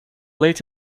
late